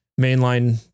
mainline